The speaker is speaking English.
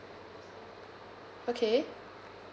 okay